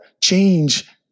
change